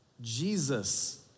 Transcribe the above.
Jesus